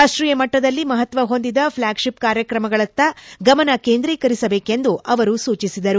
ರಾಷ್ಷೀಯ ಮಟ್ಟದಲ್ಲಿ ಮಹತ್ವ ಹೊಂದಿದ ಫ್ನಾಗ್ಶಿಪ್ ಕಾರ್ಯಕ್ರಮಗಳತ್ತ ಗಮನ ಕೇಂದ್ರೀಕರಿಸಬೇಕೆಂದು ಅವರು ಸೂಚಿಸಿದರು